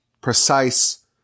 precise